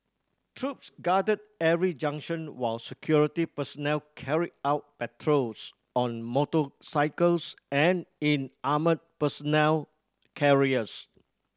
troops guarded every junction while security personnel carried out patrols on motorcycles and in armoured personnel carriers